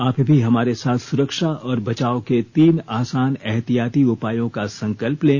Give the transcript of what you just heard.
आप भी हमारे साथ सुरक्षा और बचाव के तीन आसान एहतियाती उपायों का संकल्प लें